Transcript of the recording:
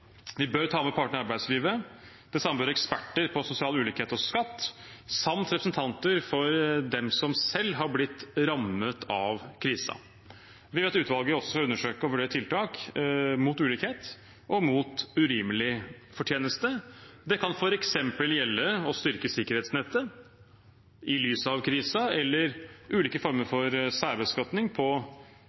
Vi bør ta med partene i arbeidslivet og også eksperter på sosial ulikhet og skatt samt representanter for dem som selv har blitt rammet av krisen. Vi mener dette utvalget også skal undersøke og vurdere tiltak mot ulikhet og mot urimelig fortjeneste. Det kan f.eks. gjelde å styrke sikkerhetsnettet i lys av krisen eller ulike former for særbeskatning på